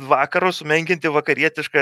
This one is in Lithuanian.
vakarus sumenkinti vakarietišką